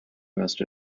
most